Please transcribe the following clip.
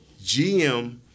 GM